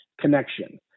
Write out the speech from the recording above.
connection